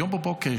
היום בבוקר,